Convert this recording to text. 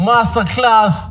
Masterclass